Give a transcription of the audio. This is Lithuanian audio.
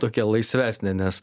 tokia laisvesnė nes